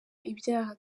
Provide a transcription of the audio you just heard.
ibyaha